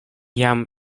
jam